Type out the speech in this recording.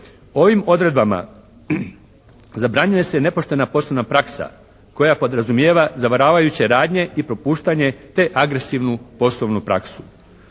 Ovim odredbama zabranjuje se nepoštena poslovna praksa koja podrazumijeva zavaravajuće radnje i propuštanje te agresivnu poslovnu praksu.